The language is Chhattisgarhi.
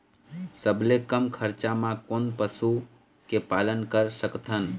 सबले कम खरचा मा कोन पशु के पालन कर सकथन?